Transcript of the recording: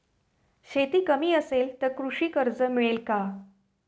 शेती कमी असेल तर कृषी कर्ज मिळेल का?